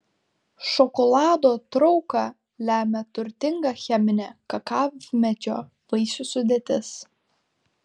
šokolado trauką lemia turtinga cheminė kakavmedžio vaisių sudėtis